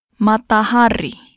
Matahari